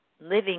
living